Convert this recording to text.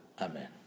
Amen